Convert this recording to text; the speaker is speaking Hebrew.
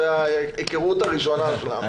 זו ההיכרות הראשונה שלנו.